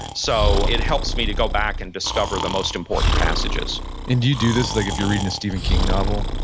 so, it helps me to go back and discover the most important passages and do you do this like if you're reading a stephen king novel?